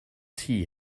tea